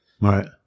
Right